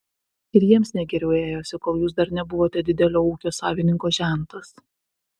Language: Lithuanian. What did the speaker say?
ir jiems ne geriau ėjosi kol jūs dar nebuvote didelio ūkio savininko žentas